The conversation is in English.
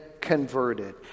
converted